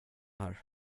här